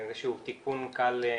הצלחה.